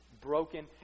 Broken